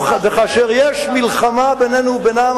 וכאשר יש מלחמה בינינו לבינם,